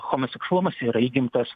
homoseksualumas yra įgimtas